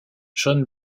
john